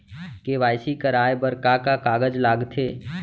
KYC कराये बर का का कागज लागथे?